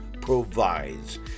provides